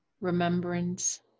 remembrance